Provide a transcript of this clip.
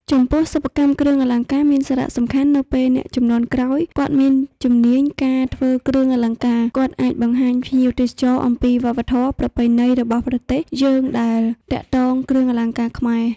ចំពោះសិប្បកម្មគ្រឿងអលង្ការមានសារៈសំខាន់នៅពេលអ្នកជំនាន់ក្រោយគាត់មានជំនាញការធ្វើគ្រឿងអលង្ការ គាត់អាចបង្ហាញភ្ញៀវទេសចរណ៍អំពីវប្បធម៌ ប្រពៃណីរបស់ប្រទេសយើងដែលទាក់ទងគ្រឿងអលង្ការខ្មែរ។